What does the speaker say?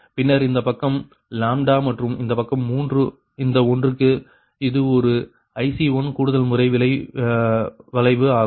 பின்னர் இந்த பக்கம் லாம்ப்டா மற்றும் இந்த பக்கம் 3 இந்த ஒன்றிற்கு இது ஒரு IC1 கூடுதல்முறை விலை வளைவு ஆகும்